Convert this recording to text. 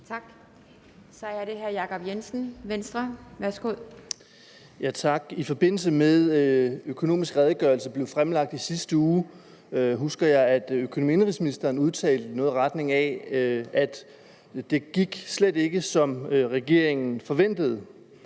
Tak. Så er det hr. Jacob Jensen, Venstre, værsgo. Kl. 17:40 Jacob Jensen (V): Tak. I forbindelse med at Økonomisk Redegørelse blev fremlagt i sidste uge, husker jeg, at økonomi- og indenrigsministeren udtalte noget i retning af, at det slet ikke gik, som regeringen forventede.